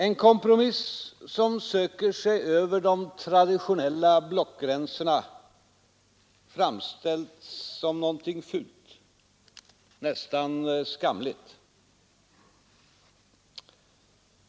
En kompromiss som söker sig över de traditionella blockgränserna framställs som någonting fult, nästan skamligt.